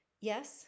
Yes